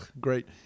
great